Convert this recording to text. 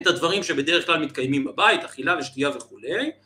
את הדברים שבדרך כלל מתקיימים בבית, אכילה ושתייה וכולי.